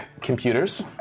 Computers